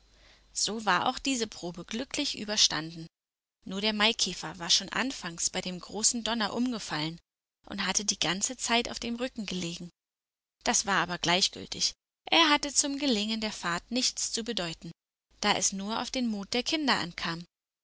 so war auch diese probe glücklich überstanden nur der maikäfer war schon anfangs bei dem großen donner umgefallen und hatte die ganze zeit auf dem rücken gelegen das war aber gleichgültig es hatte zum gelingen der fahrt nichts zu bedeuten da es nur auf den mut der kinder ankam